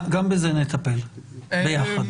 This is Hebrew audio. גם בזה נטפל ביחד.